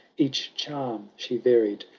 each charm she varied,